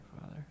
Father